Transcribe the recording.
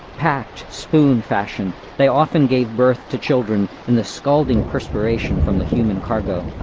packed spoon-fashion they often gave birth to children in the scalding perspiration from the human cargo.